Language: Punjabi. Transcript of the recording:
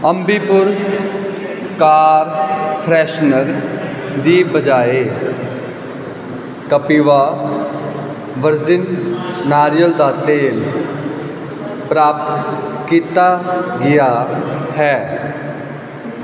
ਅੰਬੀ ਪੁਰ ਕਾਰ ਫਰੈਸ਼ਨਰ ਦੀ ਬਜਾਏ ਕਪਿਵਾ ਵਰਜਿਨ ਨਾਰੀਅਲ ਦਾ ਤੇਲ ਪ੍ਰਾਪਤ ਕੀਤਾ ਗਿਆ ਹੈ